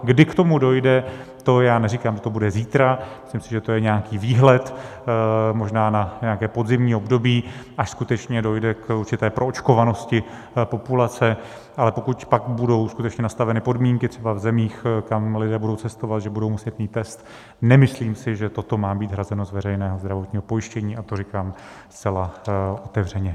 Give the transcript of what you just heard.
Kdy k tomu dojde, to já neříkám, že to bude zítra, myslím, že to je nějaký výhled, možná na nějaké podzimní období, až skutečně dojde k určité proočkovanosti populace, ale pokud pak budou skutečně nastaveny podmínky třeba v zemích, kam lidé budou cestovat, že budou muset mít test, nemyslím si, že toto má být hrazeno z veřejného zdravotního pojištění, a to říkám zcela otevřeně.